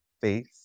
faith